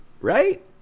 right